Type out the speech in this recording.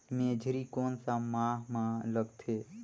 मेझरी कोन सा माह मां लगथे